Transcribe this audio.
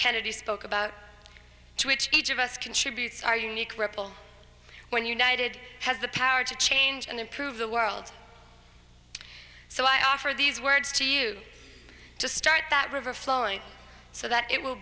kennedy spoke about to which each of us contributes our unique ripple when united has the power to change and improve the world so i offer these words to you to start that river flowing so that it will